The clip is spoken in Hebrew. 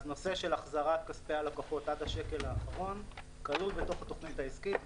בנושא של החזרת כספי הלקוחות עד השקל האחרון כלול בתוך התוכנית העסקית,